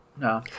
No